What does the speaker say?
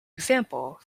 example